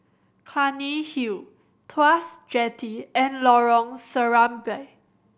Clunny Hill Tuas Jetty and Lorong Serambi